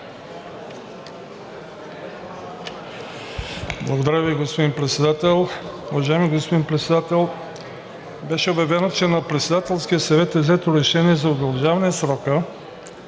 Благодаря Ви, господин Председател. Уважаеми господин Председател, беше обявено, че на Председателския съвет е взето решение за удължаване срока